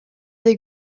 des